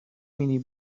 مینی